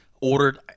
ordered